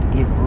Get